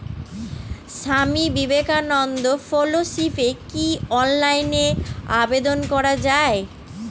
স্বামী বিবেকানন্দ ফেলোশিপে কি অনলাইনে আবেদন করা য়ায়?